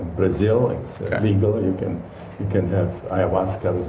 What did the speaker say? brazil, it's legal. you can can have ayahuasca